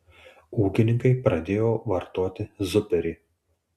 ūkininkai pradėjo vartoti zuperį